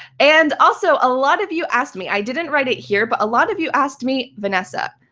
and also, a lot of you asked me. i didn't write it here, but a lot of you asked me, vanessa,